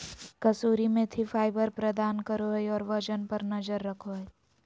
कसूरी मेथी फाइबर प्रदान करो हइ और वजन पर नजर रखो हइ